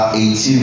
18